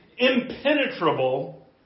impenetrable